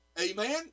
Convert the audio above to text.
Amen